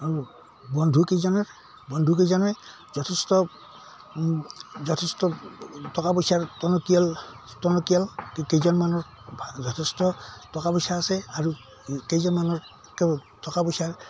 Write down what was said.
আৰু বন্ধুকেইজনে বন্ধুকেইজনে যথেষ্ট যথেষ্ট টকা পইচাৰ টনকিয়াল টনকিয়াল কেইজনমানৰ যথেষ্ট টকা পইচা আছে আৰু কেইজনমানৰ টকা পইচাৰ